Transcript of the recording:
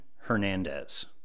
Hernandez